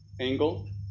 angle